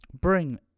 bring